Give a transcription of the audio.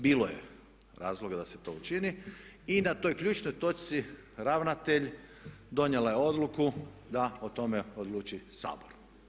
Bilo je razloga da se to učini i na toj ključnoj točci ravnatelj donijela je odluku da o tome odluči Sabor.